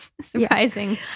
Surprising